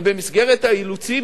ובמסגרת האילוצים,